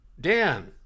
dan